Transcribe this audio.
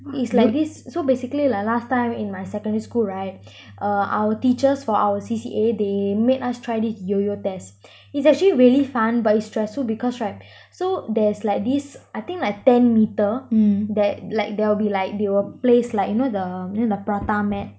is like this so basically like last time in my secondary school right err our teachers for our C_C_A they made us try this Yo-Yo test it's actually really fun but it's stressful because right so there's like this I think like ten meter that like there'll be like they will place like you know the you know the prata mat